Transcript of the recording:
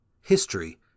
History